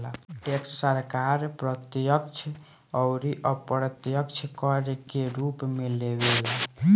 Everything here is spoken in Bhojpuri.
टैक्स सरकार प्रत्यक्ष अउर अप्रत्यक्ष कर के रूप में लेवे ला